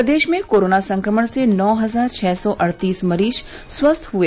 प्रदेश में कोरोना संक्रमण से नौ हजार छः सौ अड़तीस मरीज स्वस्थ हुए